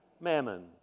mammon